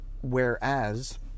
Whereas